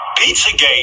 Pizzagate